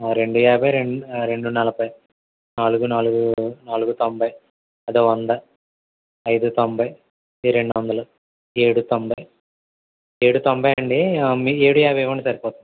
రెండూ యాభై రెండూ రెండూ నలపై నాలుగు నాలుగు నాలుగు తొంభై అదో వంద ఐదు తొంభై ఇది రెండొందలు ఏడు తొంభై ఏడు తొంభై అండి ఏడు యాభై ఇవ్వండి సరిపోతుంది